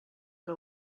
que